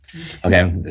okay